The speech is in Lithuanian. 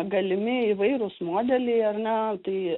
galimi įvairūs modeliai ar ne tai